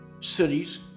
cities